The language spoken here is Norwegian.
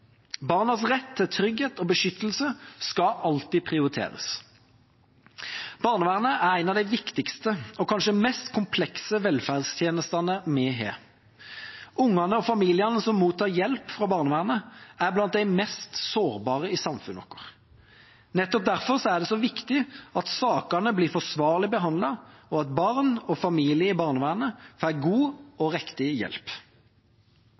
Barnas rett til trygghet og beskyttelse skal alltid prioriteres. Barnevernet er en av de viktigste og kanskje mest komplekse velferdstjenestene vi har. Barna og familiene som mottar hjelp fra barnevernet, er blant de mest sårbare i samfunnet vårt. Nettopp derfor er det så viktig at sakene blir forsvarlig behandlet, og at barn og familier i barnevernet får god og riktig hjelp.